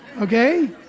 Okay